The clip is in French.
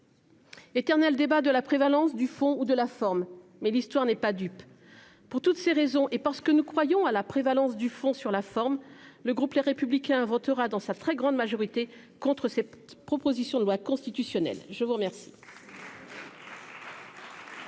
l'éternel débat de la prévalence du fond ou de la forme, mais l'histoire n'est pas dupe. Pour toutes ces raisons et parce que nous croyons à la prévalence du fond sur la forme, le groupe Les Républicains votera dans sa très grande majorité contre cette proposition de loi constitutionnelle. La discussion